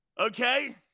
Okay